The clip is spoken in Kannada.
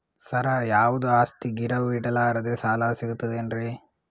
ಸರ, ಯಾವುದು ಆಸ್ತಿ ಗಿರವಿ ಇಡಲಾರದೆ ಸಾಲಾ ಸಿಗ್ತದೇನ್ರಿ?